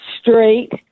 straight